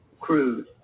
crude